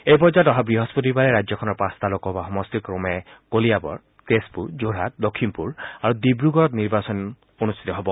এই পৰ্যায়ত অহা বৃহস্পতিবাৰে ৰাজ্যখনৰ পাঁচটা লোকসভা সমষ্টি ক্ৰমে কলিয়াবৰ তেজপুৰ যোৰহাট লক্ষীমপুৰ আৰু ডিব্ৰুগড়ত নিৰ্বাচন অনুষ্ঠিত হব